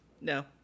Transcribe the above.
No